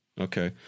Okay